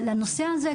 אבל לנושא הזה,